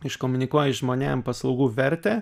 iškomunikuoji žmonėm paslaugų vertę